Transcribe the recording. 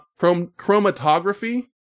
chromatography